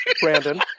Brandon